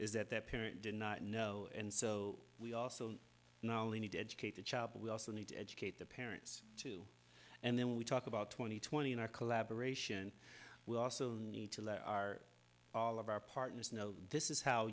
is that their parent did not know and so we also need to educate the child but we also need to educate the parents too and then we talk about twenty twenty in our collaboration and we also need to let our all of our partners know this is how